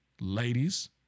Ladies